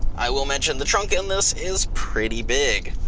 i will mention the trunk in this is pretty big.